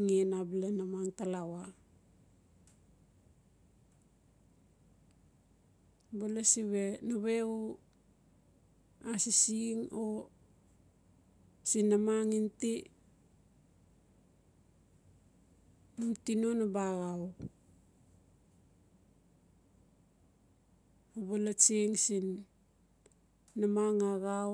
Ngen abala namang talawa. Ba lasi we nawe u asising o siin namang ngen ti num tino naba axau. U baa latsen siin namang axau